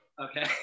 Okay